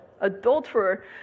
Adulterer